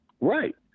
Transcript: Right